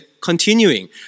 continuing